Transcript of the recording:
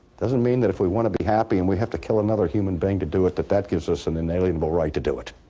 doesn't mean that if we want to be happy and we have to kill another human being to do it that that gives us an inalienable right to do it.